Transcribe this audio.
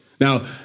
Now